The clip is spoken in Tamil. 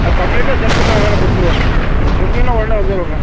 ஆ கம்ப்ளீட்டாக செக் பண்ணி அதெல்லாம் கொடுத்துருவோங்க நீங்கள் சொன்னீங்கன்னால் உடனே வந்துடுவோங்க